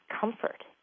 comfort